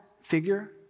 figure